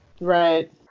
Right